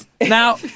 Now